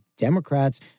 Democrats